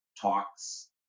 talks